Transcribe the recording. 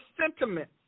sentiment